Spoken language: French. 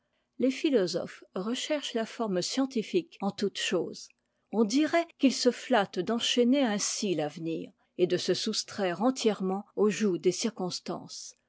les philosophes recherchent la forme scientifique en toutes choses on dirait qu'ils se flattent d'enchaîner ainsi l'avenir et de se soustraire entièrement au joug des circonstances